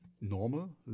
normal